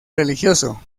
religioso